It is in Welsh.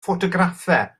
ffotograffau